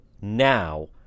now